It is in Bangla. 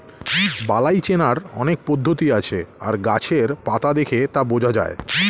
বালাই চেনার অনেক পদ্ধতি আছে আর গাছের পাতা দেখে তা বোঝা যায়